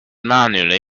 manually